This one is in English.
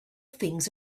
things